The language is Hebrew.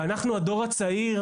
אנחנו הדור הצעיר,